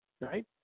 right